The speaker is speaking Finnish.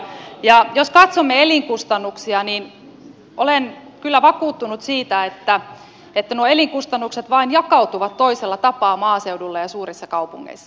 jos katsomme elinkustannuksia niin olen kyllä vakuuttunut siitä että nuo elinkustannukset vain jakautuvat toisella tapaa maaseudulla ja suurissa kaupungeissa